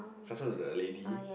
to the lady